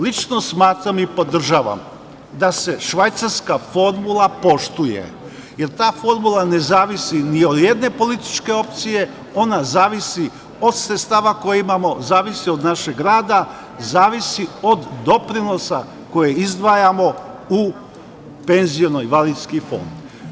Lično smatram i podržavam da se švajcarska formula poštuje, jer ta formula ne zavisi ni od jedne političke opcije, ona zavisi od sredstava koje imamo, zavisi od našeg rada, zavisi od doprinosa koje izdvajamo u Penziono-invalidski fond.